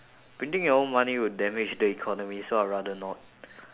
printing your own money would damage the economy so I'd rather not